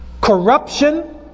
corruption